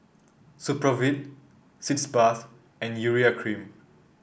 Supravit Sitz Bath and Urea Cream